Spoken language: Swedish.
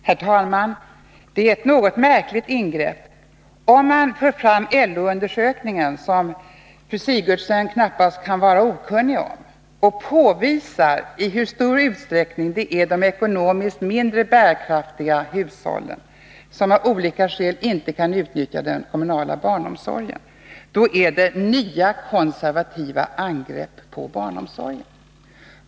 Herr talman! Det är ett något märkligt angrepp. Om man för fram LO-undersökningen, som fru Sigurdsen knappast kan vara okunnig om, och påvisar i hur stor utsträckning det är de ekonomiskt mindre bärkraftiga hushållen som av olika skäl inte kan utnyttja den kommunala barnomsorgen, då är det nya konservativa angrepp på barnomsorgen.